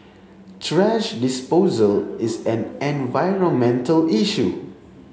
thrash disposal is an environmental issue